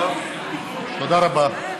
תודה רבה.